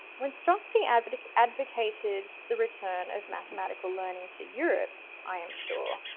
when strozzi advocated advocated the return of mathematical learning to europe, i am sure,